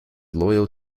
loyal